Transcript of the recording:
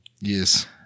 Yes